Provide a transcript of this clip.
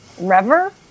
Rever